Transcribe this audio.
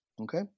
Okay